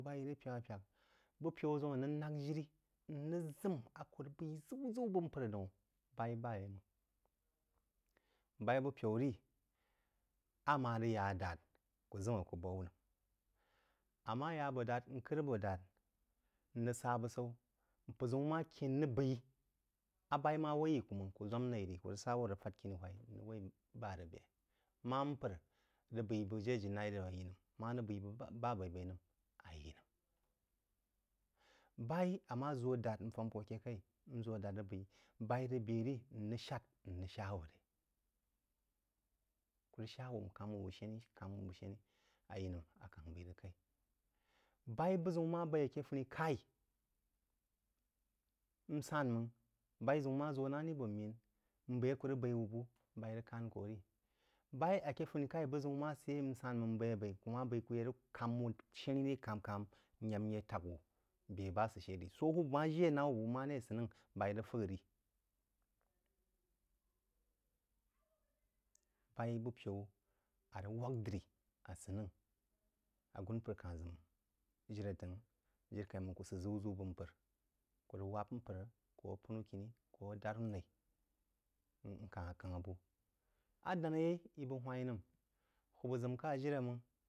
Bupən zəun arig nag jiri mrig zəm a kuh rig bəi zəu dəg wah sid daun bai bayaimeng bai bupen ra a mah rig yaa a dad kul zəm a kah bəg wah nəm a mah ya boh dahd mkar abo dahd mrig sah busau mpər zəun mah ken rig bəi a boi mah woi yi ku h anang kuh rig zwam nei ri kuh sal wul ang fahd kimi uhai mrig woi bah rig bie wah npər a rig bie bəg jiri ajilai nəam a yí nəm mah npər a bəg bah abai-bai nəm a yi nəm ba a mah zwoh dead nfem kah akeh ləí nzoh boh dead rig bie baí rig bie rig mrig shana wuh re nkaru wuh bəg shoni a yi nəm bai buh zəun a bai akeh funi keun msɛn mang bai zəun mah ziu sid yai msen meng nbei-bei kah rig kohn wuh sheni ri koh kah soh hubba bəg mah jii nah wuh buh noh asənang bai rig fyag ri bai bupena rig wag dri asənnang a sunpər kel zəun jiri təng jirikaimang kuh sid zəu-zəu bəg npər kuh rig wahb npər kuh apənu kini kuh adarú nai mkah akhangha buh a danah yaí yi bəg whai nəm nubba zəm kah jini mang.